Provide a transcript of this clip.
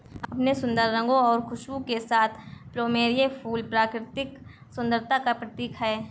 अपने सुंदर रंगों और खुशबू के साथ प्लूमेरिअ फूल प्राकृतिक सुंदरता का प्रतीक है